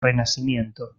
renacimiento